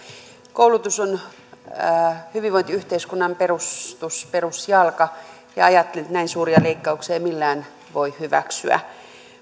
koulutus on hyvinvointiyhteiskunnan perusjalka ja ajattelen että näin suuria leikkauksia ei millään voi hyväksyä